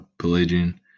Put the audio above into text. Pelagian